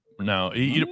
No